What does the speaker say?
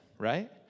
right